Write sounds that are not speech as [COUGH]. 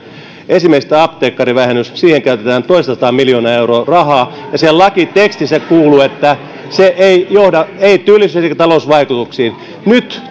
esimerkiksi apteekkarivähennykseen käytetään toistasataa miljoonaa euroa rahaa ja siellä lakitekstissä kuuluu että se ei johda työllisyys eikä talousvaikutuksiin nyt [UNINTELLIGIBLE]